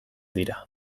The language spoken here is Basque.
dira